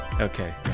Okay